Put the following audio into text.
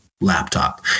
laptop